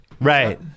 Right